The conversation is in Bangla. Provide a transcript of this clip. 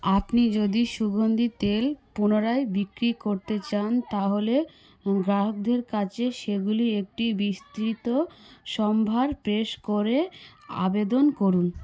আপনি যদি সুগন্ধী তেল পুনরায় বিক্রি করতে চান তাহলে গ্রাহকদের কাছে সেগুলি একটি বিস্তৃত সম্ভার পেশ করে আবেদন করুন